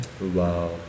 Wow